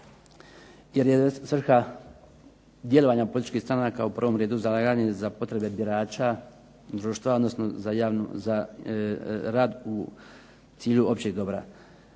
jer je svrha djelovanja političkih stranaka u prvom redu zalaganje za potrebe birača, društva, odnosno za rad u cilju općeg dobra.